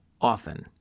often